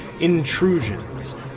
intrusions